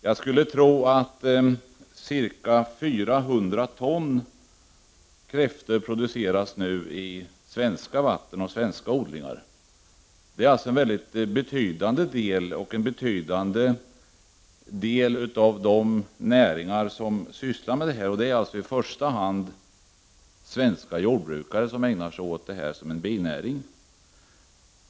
Jag skulle tro att ca 400 ton kräftor nu produceras i svenska vatten och svenska odlingar. Det är alltså en mycket betydande del. De näringsidkare som i första hand sysslar med detta är svenska jordbrukare, som ägnar sig åt detta som en binäring.